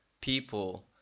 people